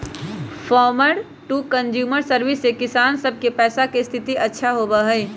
farmer to consumer service से किसान सब के पैसा के स्थिति अच्छा होबा हई